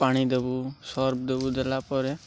ପାଣି ଦବୁ ସର୍ଫ୍ ଦବୁ ଦେଲା ପରେ